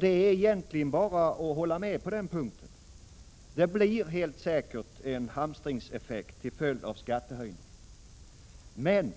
Det är egentligen bara att hålla med på den punkten. Det blir helt säkert en hamstringseffekt till följd av skattehöjningen. Men